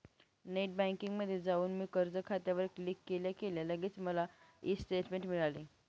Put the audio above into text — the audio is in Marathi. नेट बँकिंगमध्ये जाऊन मी कर्ज खात्यावर क्लिक केल्या केल्या लगेच मला ई स्टेटमेंट मिळाली